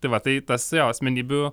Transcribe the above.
tai va tai tas jo asmenybių